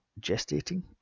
gestating